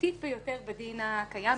משמעותית ביותר בדין הקיים,